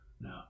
No